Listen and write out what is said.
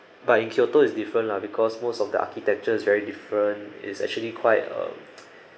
but in kyoto is different lah because most of the architecture is very different it's actually quite um